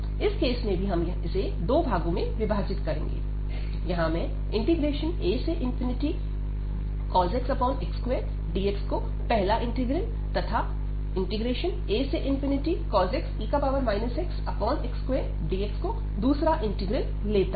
इस केस में भी हम इसे दो भागों में विभाजित करेंगे यहां मैं acos x x2dx को पहला इंटीग्रल तथा acos x e xx2dx को दूसरा इंटीग्रल लेता हूं